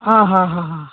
ಹಾಂ ಹಾಂ ಹಾಂ ಹಾಂ